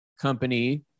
company